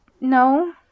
No